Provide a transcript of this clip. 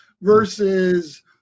versus